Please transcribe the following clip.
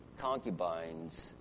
concubines